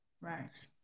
Right